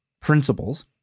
principles